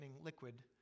liquid